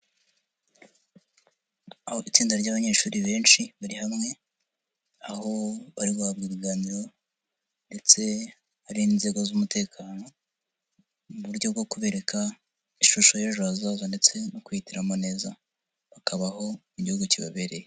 Aho itsinda ry'abanyeshuri benshi bari hamwe, aho bari guhahabwa ibiganiro ndetse hari n'inzego z'umutekano, mu buryo bwo kubereka ishusho y'ejo hazaza, ndetse no kwiyitiramo neza, bakabaho mu gihugu kibabereye.